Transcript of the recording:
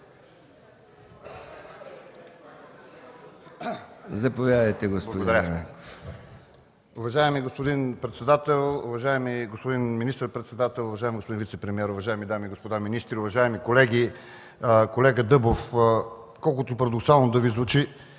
Заповядайте, господин Ерменков